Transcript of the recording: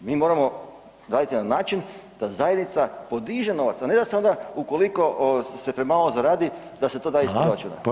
Mi moramo raditi na način da zajednica podiže novac, a ne da se onda, ukoliko se premalo zaradi, da se to daje [[Upadica: Hvala.]] iz proračuna.